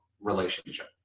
relationship